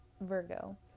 Virgo